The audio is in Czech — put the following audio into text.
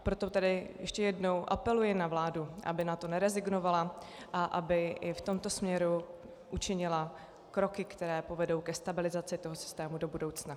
Proto ještě jednou apeluji na vládu, aby na to nerezignovala a aby i v tomto směru učinila kroky, které povedou ke stabilizaci toho systému do budoucna.